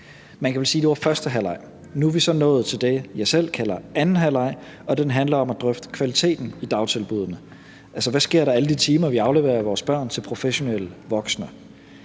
det var første halvleg. Nu er vi så nået til det, jeg selv kalder anden halvleg, og det handler om at drøfte kvaliteten i dagtilbuddene – altså, hvad sker der i alle de timer, vi afleverer vores børn til professionelle voksne?